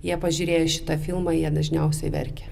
jie pažiūrėjo į šitą filmą jie dažniausiai verkia